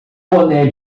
boné